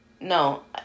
No